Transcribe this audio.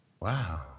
wow